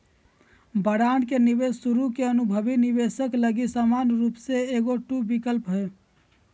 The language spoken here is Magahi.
बांड में निवेश शुरु में अनुभवी निवेशक लगी समान रूप से एगो टू विकल्प हइ